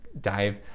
dive